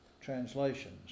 translations